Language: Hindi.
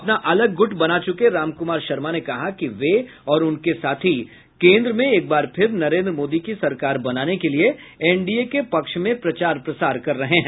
अपना अलग गुट बना च्रके राम कुमार शर्मा ने कहा कि वे और उनके साथी केन्द्र में एक बार फिर नरेद्र मोदी की सरकार बनाने के लिये एनडीए के पक्ष में प्रचार प्रसार कर रहे हैं